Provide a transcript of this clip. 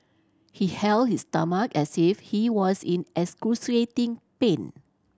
he held his stomach as if he was in excruciating pain